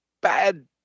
bad